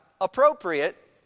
appropriate